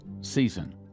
season